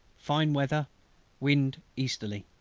fine weather wind easterly.